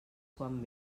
quan